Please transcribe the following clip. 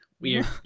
Weird